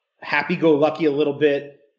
happy-go-lucky-a-little-bit